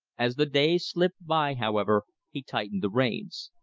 as the days slipped by, however, he tightened the reins.